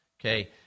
Okay